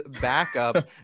backup